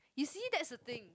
you see that's the thing